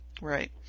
Right